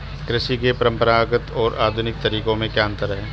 कृषि के परंपरागत और आधुनिक तरीकों में क्या अंतर है?